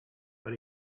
but